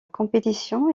compétition